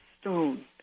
stone